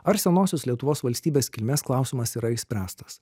ar senosios lietuvos valstybės kilmės klausimas yra išspręstas